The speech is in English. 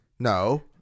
No